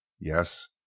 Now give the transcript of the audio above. Yes